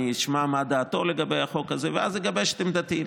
אני אשמע מה דעתו לגבי החוק הזה ואז אגבש את עמדתי.